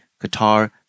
Qatar